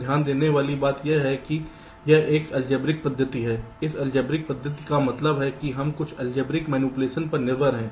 तो ध्यान देने वाली पहली बात यह है कि यह एक अलजेब्रिक पद्धति है इस अलजेब्रिक पद्धति का मतलब है कि हम कुछ अलजेब्रिक मैनिपुलेशन पर निर्भर हैं